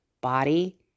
body